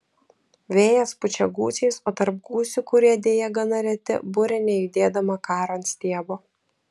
vėjas pučia gūsiais o tarp gūsių kurie deja gana reti burė nejudėdama karo ant stiebo